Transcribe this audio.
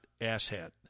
asshat